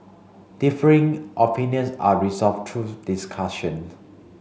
differing opinions are resolved through discussion